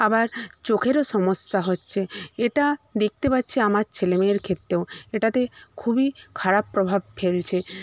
আবার চোখেরও সমস্যা হচ্ছে এটা দেখতে পাচ্ছি আমার ছেলেমেয়ের ক্ষেত্তেও এটাতে খুবই খারাপ প্রভাব ফেলছে